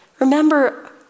remember